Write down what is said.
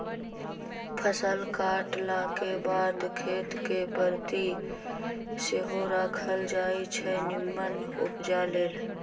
फसल काटलाके बाद खेत कें परति सेहो राखल जाई छै निम्मन उपजा लेल